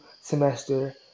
semester